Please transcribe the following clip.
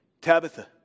Tabitha